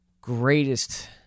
greatest